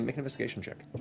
investigation check.